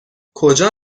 کجا